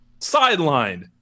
sidelined